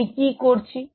আমি কী করছি